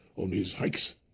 on his hikes.